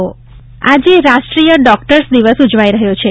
doctor day આજે રાષ્ટ્રીય doctors દિવસ ઉજવાઇ રહ્યો છે